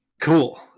cool